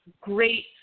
great